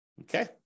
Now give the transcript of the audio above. Okay